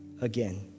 again